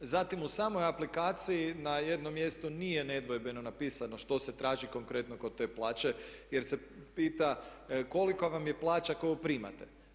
Zatim u samoj aplikaciji na jednom mjestu nije nedvojbeno napisano što se traži konkretno kod te plaće, jer se pita kolika vam je plaća koju primate.